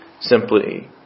Simply